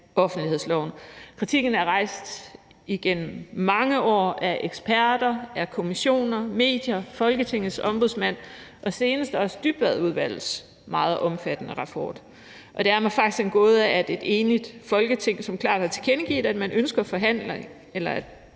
offentlighedsloven. Kritikken er rejst igennem mange år af eksperter, kommissioner, medier, Folketingets Ombudsmand og senest også Dybvadudvalgets meget omfattende rapport. Og det er mig faktisk en gåde, at et enigt Folketing, som klart har tilkendegivet, at man ønsker forhandlinger om